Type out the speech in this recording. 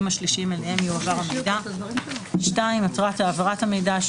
השלישיים אליהם יועבר המידע: מטרת העברת המידע,